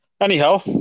anyhow